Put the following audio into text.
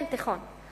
כן, תיכון.